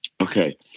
Okay